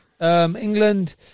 England